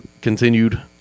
continued